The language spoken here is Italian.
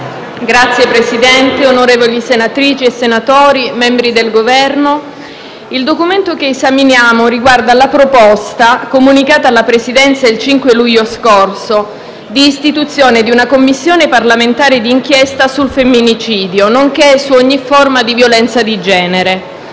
Signor Presidente, onorevoli senatrici e senatori, membri del Governo, il documento che esaminiamo riguarda la proposta, comunicata alla Presidenza il 5 luglio scorso, di istituzione di una Commissione parlamentare d'inchiesta sul femminicidio, nonché su ogni forma di violenza di genere.